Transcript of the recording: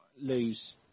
lose